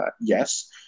yes